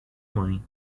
mãe